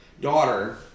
daughter